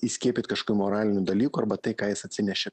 įskiepyt kažkokių moralinių dalykų arba tai ką jis atsinešė